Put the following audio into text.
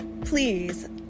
Please